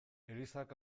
elizak